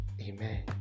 Amen